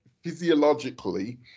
physiologically